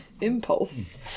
impulse